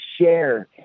share